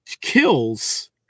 kills